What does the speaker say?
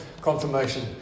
confirmation